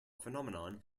phenomenon